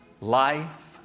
life